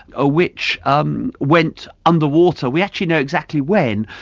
ah which um went under water. we actually know exactly when.